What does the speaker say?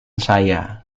saya